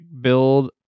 build